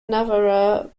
navarro